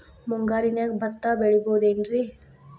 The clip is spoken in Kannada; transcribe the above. ಮುಂಗಾರಿನ್ಯಾಗ ಭತ್ತ ಬೆಳಿಬೊದೇನ್ರೇ?